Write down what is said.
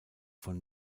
von